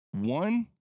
One